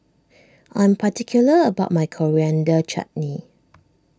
I am particular about my Coriander Chutney